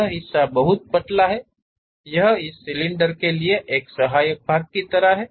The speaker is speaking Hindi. यह हिस्सा बहुत पतला है यह इस सिलेंडर के लिए एक सहायक भाग की तरह है